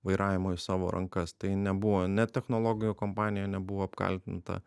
vairavimo į savo rankas tai nebuvo ne technologijų kompanija nebuvo apkaltinta